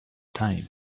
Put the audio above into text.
time